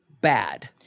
bad